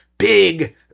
big